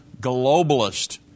globalist